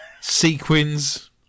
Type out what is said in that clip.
Sequins